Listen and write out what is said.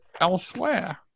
elsewhere